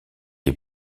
est